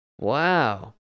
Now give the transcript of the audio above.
Wow